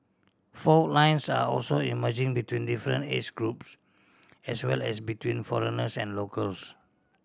fault lines are also emerging between different age groups as well as between foreigners and locals